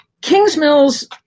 Kingsmill's